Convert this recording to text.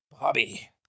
Bobby